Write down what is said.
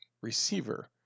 receiver